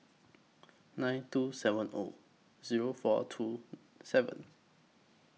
nine two seven O Zero four two seven